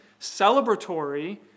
celebratory